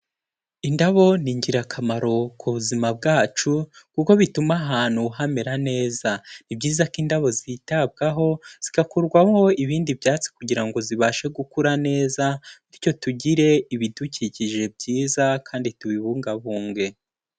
Indabo ni ingirakamaro ku buzima bwacu, kuko bituma ahantu hamera neza, ni byiza ko indabo zitabwaho zigakurwamo ibindi byatsi kugira ngo zibashe gukura neza, bityo tugire ibidukikije byiza kandi tubibungabunge.